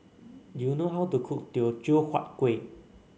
do you know how to cook Teochew Huat Kuih